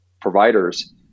providers